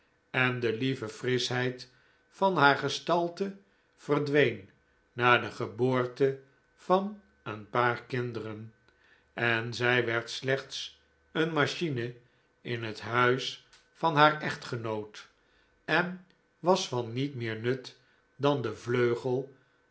en de lieve frischheid van haar gestalte verdween na de geboorte van een paar kinderen en zij werd slechts een machine in het huis van haar echtgenoot en was van niet meer nut dan de